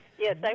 Yes